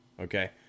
Okay